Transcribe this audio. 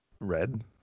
Red